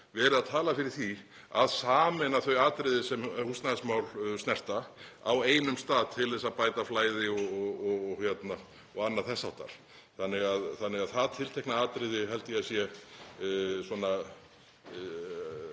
verið að tala fyrir því að sameina þau atriði sem húsnæðismál snerta á einum stað til að bæta flæði og annað þess háttar. Þannig að það tiltekna atriði held ég að eigi